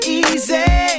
easy